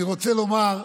אני רוצה לומר,